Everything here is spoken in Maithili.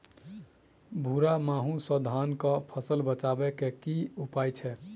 भूरा माहू सँ धान कऽ फसल बचाबै कऽ की उपाय छै?